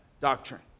doctrine